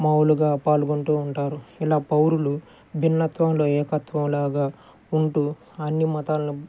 మాములుగా పాల్గొంటూ ఉంటారు ఇలా పౌరులు భిన్నత్వంలో ఏకత్వంలాగా ఉంటూ అన్నీ మతాల